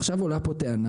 עכשיו, עולה פה טענה